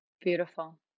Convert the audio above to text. Beautiful